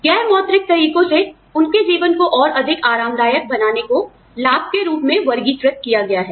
गैर मौद्रिक तरीकों से उनके जीवन को और अधिक आरामदायक बनाने को लाभ के रूप में वर्गीकृत किया गया है